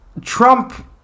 Trump